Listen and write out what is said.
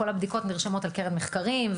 כל הבדיקות נרשמות על קרן מחקרים,